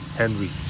henry